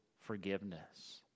forgiveness